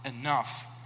enough